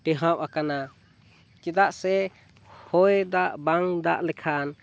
ᱴᱮᱦᱟᱸᱰ ᱟᱠᱟᱱᱟ ᱪᱮᱫᱟᱜ ᱥᱮ ᱦᱚᱭᱼᱫᱟᱜ ᱵᱟᱝ ᱫᱟᱜ ᱞᱮᱠᱷᱟᱱ